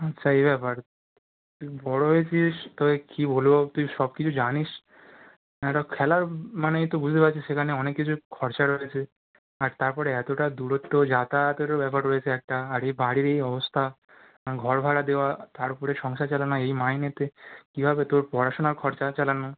হুম সেই ব্যাপার বড়ো হয়েছিস তোকে কি বলবো তুই সব কিছু জানিস একটা খেলার মামানেই তো বুঝতে পাচ্ছিস সেখানে অনেক কিছু খরচা রয়েছে আর তারপরে এতটা দূরত্ব যাতায়াতেরও ব্যাপার রয়েছে একটা আর এ বাড়ির এই অবস্থা ঘর ভাড়া দেওয়া তারপরে সংসার চালানো এই মাইনেতে কীভাবে তোর পড়াশোনার খরচা চালানো